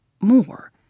more